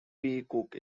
cook